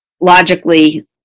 logically